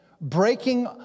breaking